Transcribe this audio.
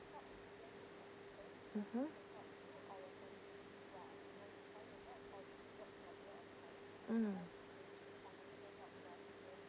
mmhmm mm